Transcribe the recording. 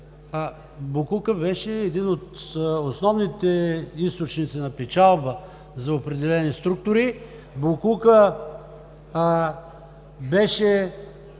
боклукът беше един от основните източници на печалба за определени структури, беше